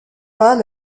pas